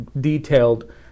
detailed